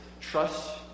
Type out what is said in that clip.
Trust